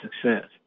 success